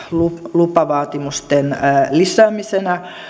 lupavaatimusten lisäämisenä